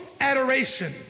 adoration